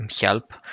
help